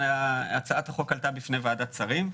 כשהצעת החוק עלתה בפני ועדת שרים,